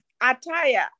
attire